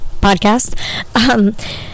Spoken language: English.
podcast